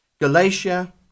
Galatia